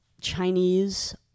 Chinese